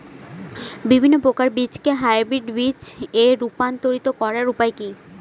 বিভিন্ন প্রকার বীজকে হাইব্রিড বীজ এ রূপান্তরিত করার উপায় কি?